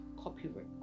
copyright